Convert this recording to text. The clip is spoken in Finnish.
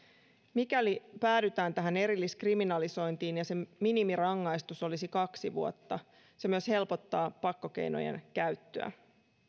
mikäli päädytään tähän erilliskriminalisointiin ja sen minimirangaistus olisi kaksi vuotta se myös helpottaa pakkokeinojen käyttöä